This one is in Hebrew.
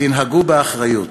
תנהגו באחריות.